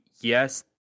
yes